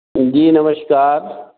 जी नमस्कार